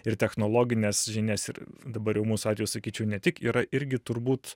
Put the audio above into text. ir technologines žinias ir dabar jau mūsų atveju sakyčiau ne tik yra irgi turbūt